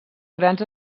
grans